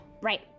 Right